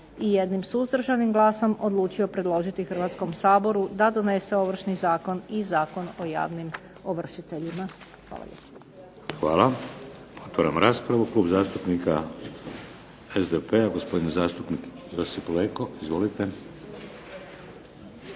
i jednim suzdržanim glasom odlučio predložiti Hrvatskom saboru da donese Ovršni zakon i Zakon o javnim ovršiteljima. Hvala